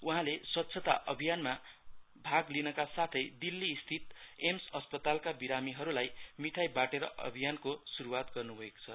उहाँले स्वच्छता अभियानमा भाग लिनका साथै दिल्लीस्थित एमस अस्पतालका बिरामीहरुलाई मिठाई बाँटेर अभियानको सुरुवात गर्नु भएको हो